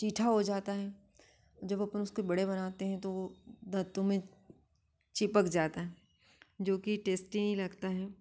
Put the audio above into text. वो चिठा हो जाता है जब अपन उसके बड़े बनाते हैं तो वो दातों में चिपक जाता है जो कि टेस्टी नहीं लगता है